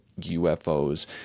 UFOs